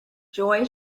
joy